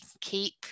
keep